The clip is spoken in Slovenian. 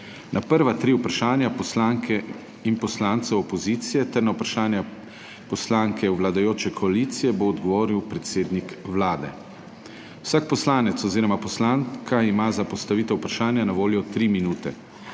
Na prva tri vprašanja poslanke in poslancev opozicije ter na vprašanja poslanke vladajoče koalicije bo odgovoril predsednik Vlade. Vsak poslanec oziroma poslanka ima za postavitev vprašanja na voljo tri minute.